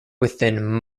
within